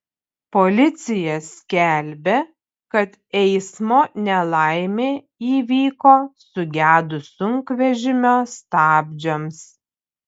policija skelbia kad eismo nelaimė įvyko sugedus sunkvežimio stabdžiams